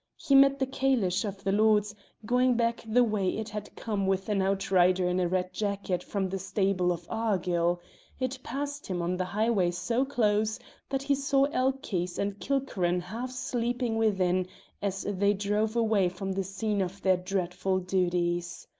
he met the calesh of the lords going back the way it had come with an outrider in a red jacket from the stable of argyll it passed him on the highway so close that he saw elchies and kilkerran half sleeping within as they drove away from the scene of their dreadful duties.